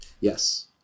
Yes